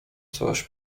coś